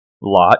lot